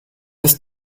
ist